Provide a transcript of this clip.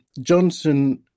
Johnson